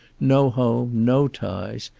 no home, no ties.